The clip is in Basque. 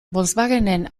volkswagenen